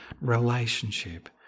relationship